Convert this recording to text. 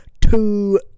Two